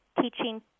teaching